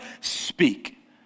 speak